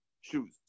shoes